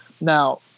Now